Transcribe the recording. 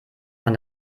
von